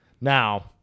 Now